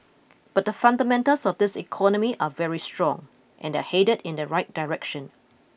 but the fundamentals of this economy are very strong and they're headed in the right direction